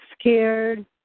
scared